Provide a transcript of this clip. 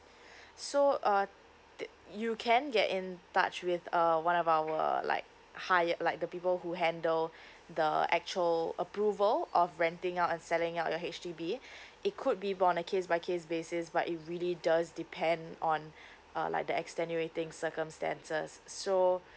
so uh di~ you can get in touch with err one of our like higher like the people who handle the actual approval of renting out and selling out your H_D_B it could be bond a case by case basis but it really does depend on uh like the extenuating circumstances so